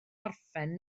orffen